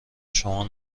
شما